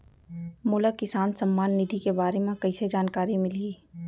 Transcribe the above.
मोला किसान सम्मान निधि के बारे म कइसे जानकारी मिलही?